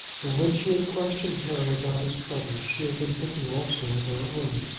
and when she had questioned harry about his troubles she had been thinking also of her own.